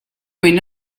and